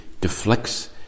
deflects